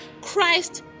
Christ